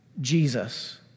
Jesus